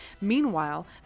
Meanwhile